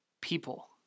people